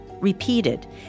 repeated